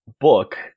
book